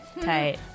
Tight